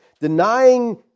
denying